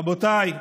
רבותיי,